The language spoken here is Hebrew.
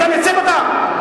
אתה מייצג אותם?